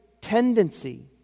tendency